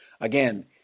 again